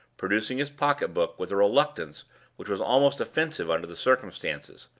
producing his pocketbook with a reluctance which was almost offensive under the circumstances,